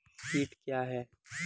कीट क्या है?